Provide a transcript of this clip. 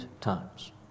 times